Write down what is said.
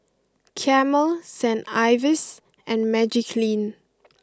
Camel Saint Ives and Magiclean